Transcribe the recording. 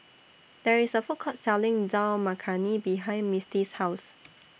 There IS A Food Court Selling Dal Makhani behind Misti's House